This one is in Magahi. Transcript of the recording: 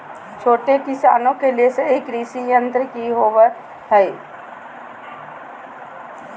छोटे किसानों के लिए सही कृषि यंत्र कि होवय हैय?